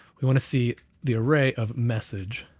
we want to see the array of message